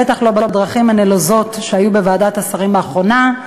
בטח לא בדרכים הנלוזות שהיו בוועדת השרים האחרונה.